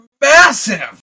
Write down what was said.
massive